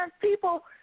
people